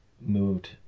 moved